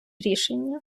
рішення